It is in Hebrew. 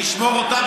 וישמור אותה,